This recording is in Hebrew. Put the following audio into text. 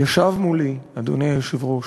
ישב מולי, אדוני היושב-ראש,